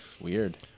weird